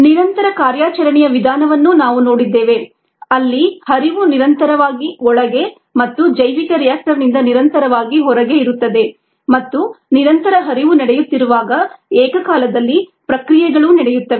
ನಿರಂತರ ಕಾರ್ಯಾಚರಣೆ ಯ ವಿಧಾನವನ್ನೂ ನಾವು ನೋಡಿದ್ದೇವೆ ಅಲ್ಲಿ ಹರಿವು ನಿರಂತರವಾಗಿ ಒಳಗೆ ಮತ್ತು ಜೈವಿಕ ರಿಯಾಕ್ಟರ್ನಿಂದ ನಿರಂತರವಾಗಿ ಹೊರಗೆ ಇರುತ್ತದೆ ಮತ್ತು ನಿರಂತರ ಹರಿವು ನಡೆಯುತ್ತಿರುವಾಗ ಏಕಕಾಲದಲ್ಲಿ ಪ್ರಕ್ರಿಯೆಗಳು ನಡೆಯುತ್ತವೆ